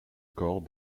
corps